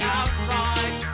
outside